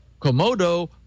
Komodo